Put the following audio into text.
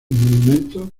monumentos